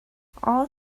all